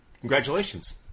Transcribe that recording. Congratulations